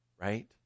right